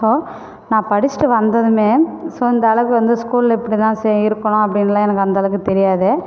so நான் படிச்சிட்டு வந்ததும் ஸோ இந்தளவுக்கு வந்து ஸ்கூலில் இப்படி தான் செய் இருக்கணும் அப்படின்லா எனக்கு அந்தளவுக்குத் தெரியாது